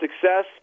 success